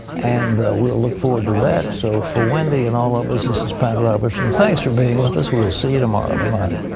and we'll look forward to that. so for wendy and all of us, this is pat robertson. and thanks for being with us. we'll see you tomorrow. bye-bye. um ah